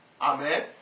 Amen